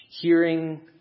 hearing